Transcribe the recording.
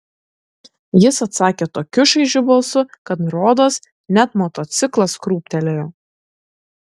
jis atsakė tokiu šaižiu balsu kad rodos net motociklas krūptelėjo